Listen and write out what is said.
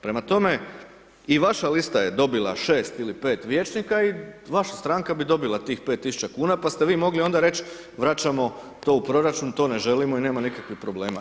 Prema tome i vaša lista je dobila 6 ili 5 vijećnika i vaša stranka bi dobila tih 5.000 kuna pa ste vi onda mogli reć vraćamo to u proračun, to ne želimo i nema nikakvih problema.